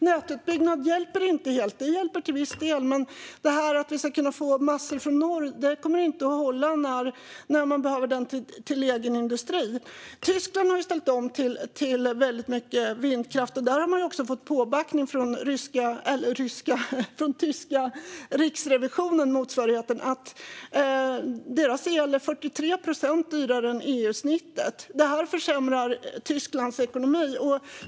Nätutbyggnad hjälper inte helt. Det hjälper till viss del. Men att vi ska kunna få massor av energi från norr kommer inte att hålla när man behöver den till egen industri. Tyskland har ställt om till väldigt mycket vindkraft. Där har man fått påbackning från den tyska motsvarigheten till Riksrevisionen för att deras el är 43 procent dyrare än EU-snittet. Det försämrar Tysklands ekonomi.